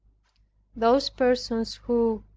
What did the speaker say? those persons who,